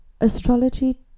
astrology